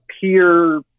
peer